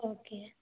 okay